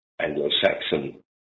Anglo-Saxon